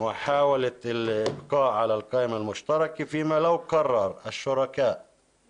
על הרשימה המשותפת, ואם השותפים